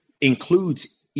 includes